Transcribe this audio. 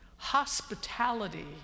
Hospitality